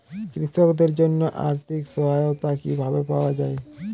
কৃষকদের জন্য আর্থিক সহায়তা কিভাবে পাওয়া য়ায়?